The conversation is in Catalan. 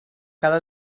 cada